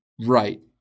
Right